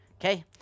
Okay